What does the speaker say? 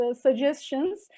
suggestions